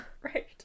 right